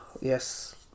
Yes